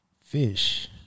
fish